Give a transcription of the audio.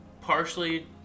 Partially